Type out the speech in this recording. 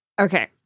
Okay